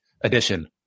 edition